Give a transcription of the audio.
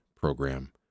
program